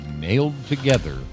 nailed-together